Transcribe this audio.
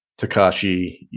Takashi